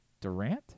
Durant